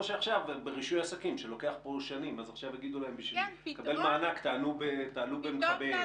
כמו שברישוי עסקים שלוקח שנים אז עכשיו יגידו להם --- מענק במכבי אש.